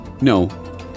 No